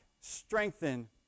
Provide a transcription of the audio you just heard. strengthen